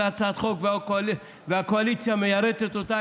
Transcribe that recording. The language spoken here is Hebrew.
הצעת חוק והקואליציה הייתה מיירטת אותה.